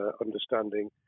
understanding